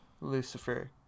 Lucifer